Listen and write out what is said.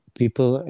people